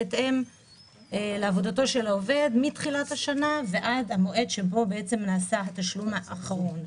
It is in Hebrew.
בהתאם לעבודתו של העובד מתחילת השנה ועד המועד שבו נעשה התשלום האחרון.